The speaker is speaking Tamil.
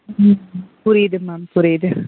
ம் புரியுது மேம் புரியுது